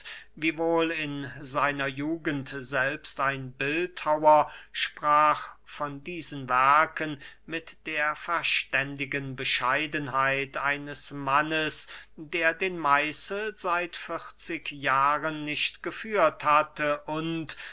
wiewohl in seiner jugend selbst ein bildhauer sprach von diesen werken mit der verständigen bescheidenheit eines mannes der den meißel seit vierzig jahren nicht geführt hatte und